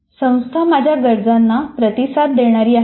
'संस्था माझ्या गरजांना प्रतिसाद देणारी आहे का